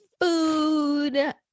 food